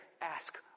ask